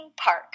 park